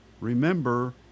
remember